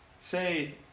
Say